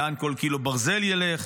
לאן כל קילו ברזל ילך,